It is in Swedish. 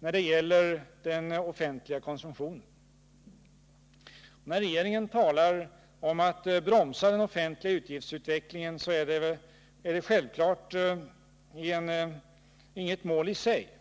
när det gäller den offentliga konsumtionen. När regeringen talar om att bromsa den offentliga utgiftsutvecklingen är det självfallet inget mål i sig.